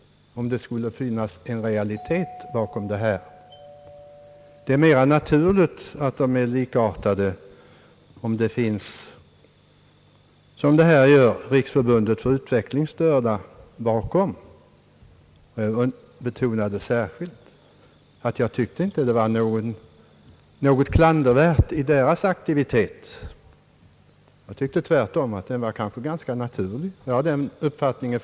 Det är mera naturligt att motionerna är likartade om, som i detta fall, Riksförbundet för utvecklingsstörda står bakom. Jag betonade särskilt att jag inte tycker att det är något klandervärt i dess aktivitet. Jag tyckte tvärtom att den var ganska naturlig, och jag har fortfarande den uppfattningen.